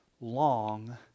Long